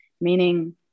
meaning